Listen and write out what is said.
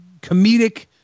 comedic